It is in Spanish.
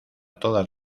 todas